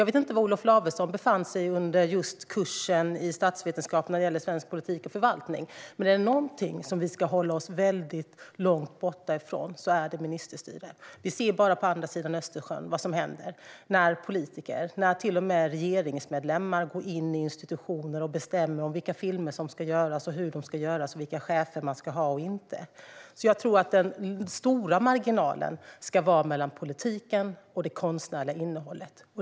Jag vet inte var Olof Lavesson befann sig under kursen i statsvetenskap när det handlade om svensk politik och förvaltning, men är det någonting vi ska hålla oss väldigt långt borta ifrån är det ministerstyre. Vi ser bara på andra sidan Östersjön vad som händer när politiker och till och med regeringsmedlemmar går in i institutioner och bestämmer vilka filmer som ska göras, hur de ska göras och vilka chefer man ska ha och inte. Jag tror alltså att den stora marginalen ska finnas mellan politiken och det konstnärliga innehållet.